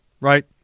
right